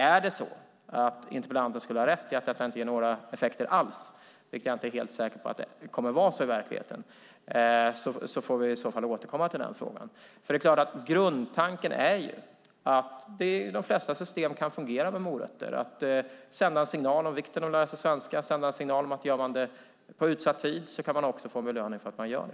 Är det så att interpellanten skulle ha rätt, att detta inte ger några effekter alls - något som jag inte tror kommer att visa sig i verkligheten - får vi i så fall återkomma till den frågan. Grundtanken är att det i de flesta system kan fungera med morötter - att sända en signal om vikten av att lära sig svenska, att sända en signal om att ifall man gör det på utsatt tid kan man få belöning för det.